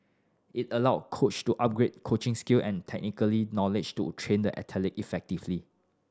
it allow coach to upgrade coaching skill and technical knowledge to train the athlete effectively